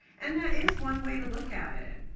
and that is one way to look at it,